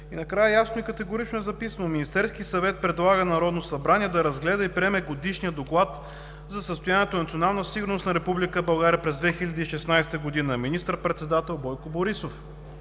Накрая ясно и категорично е записано: „Министерският съвет предлага на Народно събрание да разгледа и приеме Годишния доклад за състоянието на националната сигурност на Република България през 2016 г. Министър-председател Бойко Борисов.“